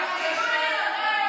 מאמינה בו,